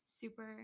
super